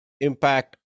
impact